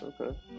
Okay